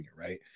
right